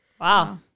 Wow